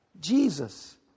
Jesus